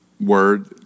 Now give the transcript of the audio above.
Word